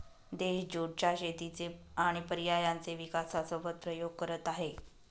देश ज्युट च्या शेतीचे आणि पर्यायांचे विकासासोबत प्रयोग करत आहे